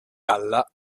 galla